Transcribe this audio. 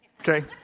Okay